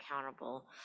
accountable